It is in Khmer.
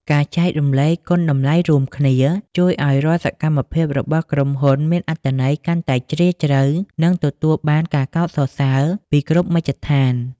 ការចែករំលែកគុណតម្លៃរួមគ្នា ជួយឱ្យរាល់សកម្មភាពរបស់ក្រុមហ៊ុនមានអត្ថន័យកាន់តែជ្រាលជ្រៅ និងទទួលបានការកោតសរសើរពីគ្រប់មជ្ឈដ្ឋាន។